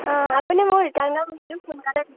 অঁ আপুনি মোক ৰিটাৰ্ণৰ বস্তুটো সোনকালে দিব